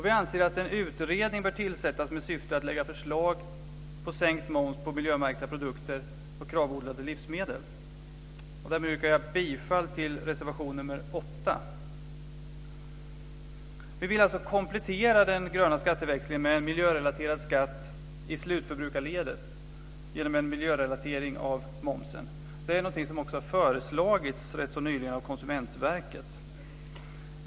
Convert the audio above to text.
Vi anser att en utredning bör tillsättas med syfte att lägga fram förslag till sänkt moms på miljömärkta produkter och på Kravodlade livsmedel. Därmed yrkar jag bifall till reservation 8. Vi vill alltså komplettera den gröna skatteväxlingen med en miljörelaterad skatt i slutförbrukarledet genom en miljörelatering av momsen. Detta är någonting som också har föreslagits rätt så nyligen av Konsumentverket.